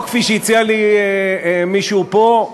או כפי שהציע לי מישהו פה: